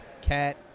Cat